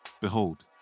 Behold